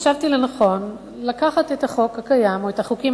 חשבתי לנכון לקחת את החוק הקיים או החוקים